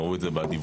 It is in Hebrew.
ראו את זה בדיווח,